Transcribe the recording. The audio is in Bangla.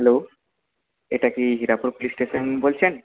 হ্যালো এটা কি পুলিশ স্টেশন বলছেন